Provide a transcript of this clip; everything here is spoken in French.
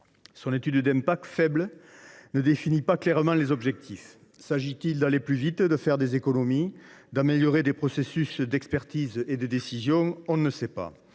Son étude d’impact, faible, ne définit pas clairement les objectifs. S’agit il d’aller plus vite ? De faire des économies ? D’améliorer les processus d’expertise et de décision ? On ne sait pas.